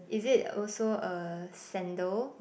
is it also a sandal